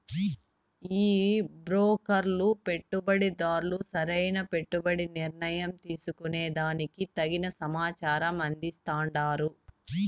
ఈ బ్రోకర్లు పెట్టుబడిదార్లు సరైన పెట్టుబడి నిర్ణయం తీసుకునే దానికి తగిన సమాచారం అందిస్తాండారు